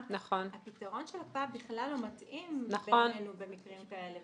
של הקפאה בכלל לא מתאים בעינינו במקרים כאלה,